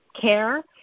care